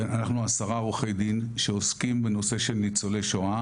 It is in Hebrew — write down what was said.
אנחנו עשרה עורכי דין שעוסקים בנושא של ניצולי שואה,